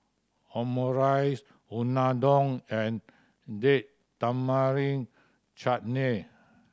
Omurice Unadon and Date Tamarind Chutney